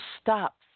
stop